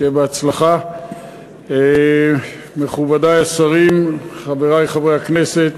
שיהיה בהצלחה, מכובדי השרים, חברי חברי הכנסת,